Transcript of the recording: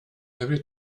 every